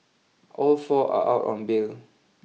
all four are out on bail